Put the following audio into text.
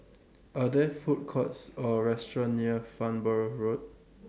Are There Food Courts Or restaurants near Farnborough Road